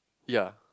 ya